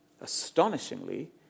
astonishingly